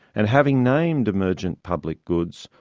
and having named emergent public goods,